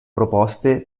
proposte